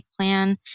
plan